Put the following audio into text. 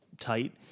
tight